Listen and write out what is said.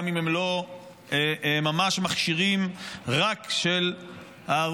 גם אם הם לא ממש מכשירים רק של הערוץ,